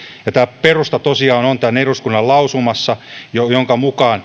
tämän perusta tosiaan on eduskunnan lausumassa jonka mukaan